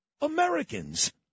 Americans